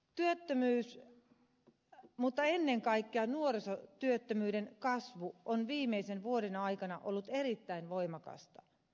työttömyys ja ennen kaikkea nuorisotyöttömyyden kasvu on viimeisen vuoden aikana ollut erittäin voimakasta